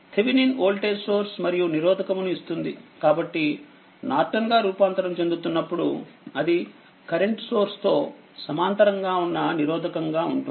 Thevenin voltage source మరియు నిరోధకము ను ఇస్తుందికాబట్టినార్టన్గారూపాంతరంచెందుతున్నప్పుడు అది కరెంట్ సోర్స్ తో సమాంతరంగా ఉన్న నిరోధకంగా ఉంటుంది